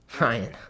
Ryan